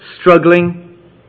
struggling